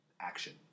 action